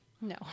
No